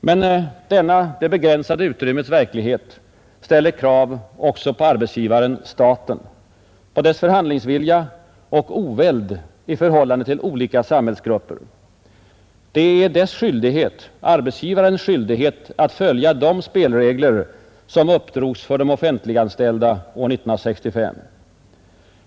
Men denna det begränsade utrymmets verklighet ställer krav också på arbetsgivaren-staten, på dess förhandlingsvilja och oväld i förhållande till olika samhällsgrupper. Det är arbetsgivarens skyldighet att följa de spelregler som uppdrogs för de offentliganställda år 1965.